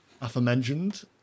aforementioned